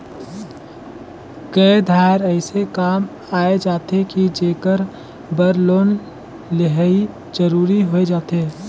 कए धाएर अइसे काम आए जाथे कि जेकर बर लोन लेहई जरूरी होए जाथे